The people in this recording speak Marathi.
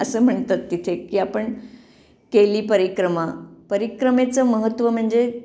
असं म्हणतात तिथे की आपण केली परिक्रमा परिक्रमेचं महत्त्व म्हणजे